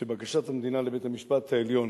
שבקשת המדינה לבית-המשפט העליון